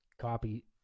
Copy